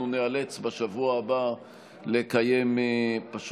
אנחנו ניאלץ בשבוע הבא פשוט לקיים הצבעה